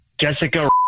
Jessica